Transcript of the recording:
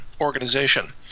organization